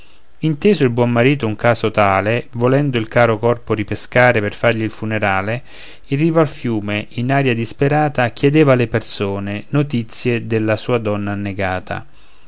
inteso il buon marito un caso tale volendo il caro corpo ripescare per fargli il funerale in riva al fiume in aria disperata chiedeva alle persone notizie della sua donna annegata